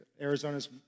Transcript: Arizona's